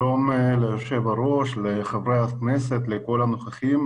שלום ליושב ראש, לחברי הכנסת, לכל הנוכחים.